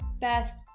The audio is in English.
best